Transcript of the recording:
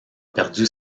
perdu